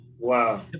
Wow